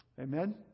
Amen